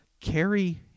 Carry